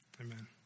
Amen